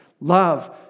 Love